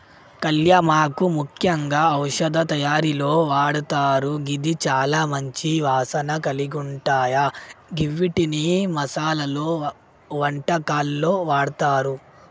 కళ్యామాకు ముఖ్యంగా ఔషధ తయారీలో వాడతారు గిది చాల మంచి వాసన కలిగుంటాయ గివ్విటిని మసాలలో, వంటకాల్లో వాడతారు